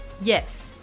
Yes